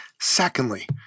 Secondly